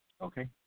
Okay